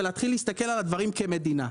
ולהתחיל להסתכל על הדברים כמדינה.